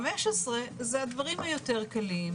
15% זה הדברים היותר קלים,